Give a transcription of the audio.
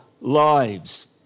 lives